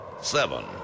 seven